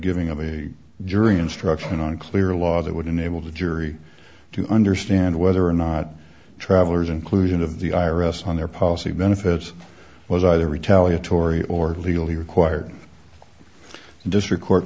giving of a jury instruction on a clear law that would enable the jury to understand whether or not travelers inclusion of the i r s on their policy benefits was either retaliatory or legally required the district court